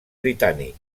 britànic